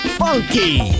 funky